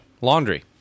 Laundry